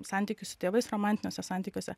santykius su tėvais romantiniuose santykiuose